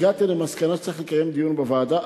הגעתי למסקנה שצריך לקיים דיון בוועדה.